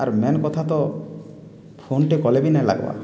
ଆର୍ ମେନ୍ କଥା ତ ଫୋନ୍ଟେ କଲେ ବି ନାଇଁ ଲାଗ୍ବାର୍